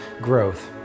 growth